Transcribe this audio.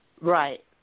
Right